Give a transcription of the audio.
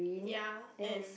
ya and